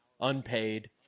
unpaid